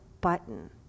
button